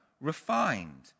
refined